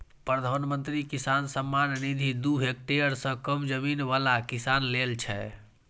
प्रधानमंत्री किसान सम्मान निधि दू हेक्टेयर सं कम जमीन बला किसान लेल छै